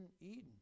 Eden